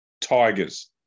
Tigers